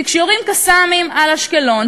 כי כשיורים "קסאמים" על אשקלון,